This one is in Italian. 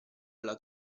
alla